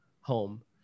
home